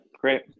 great